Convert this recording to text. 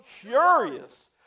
curious